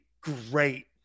Great